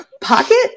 Pocket